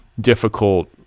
difficult